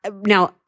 now